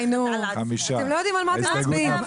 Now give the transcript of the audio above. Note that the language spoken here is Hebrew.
5. הצבעה לא אושר ההסתייגות נפלה.